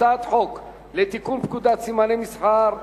הצעת חוק לתיקון פקודת סימני מסחר (מס'